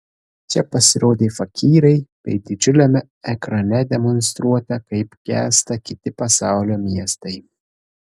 čia pasirodė fakyrai bei didžiuliame ekrane demonstruota kaip gęsta kiti pasaulio miestai